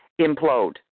implode